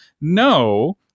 No